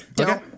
Okay